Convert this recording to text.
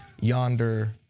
yonder